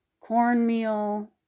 cornmeal